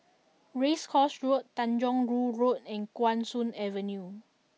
Race Course Road Tanjong Rhu Road and Guan Soon Avenue